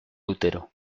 útero